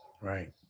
Right